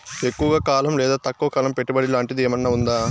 ఎక్కువగా కాలం లేదా తక్కువ కాలం పెట్టుబడి లాంటిది ఏమన్నా ఉందా